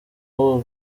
umukobwa